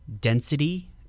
density